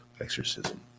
Exorcism